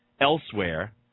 elsewhere